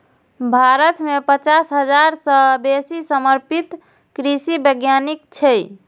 भारत मे पचास हजार सं बेसी समर्पित कृषि वैज्ञानिक छै